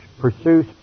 pursue